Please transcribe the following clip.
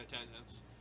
attendance